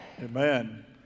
Amen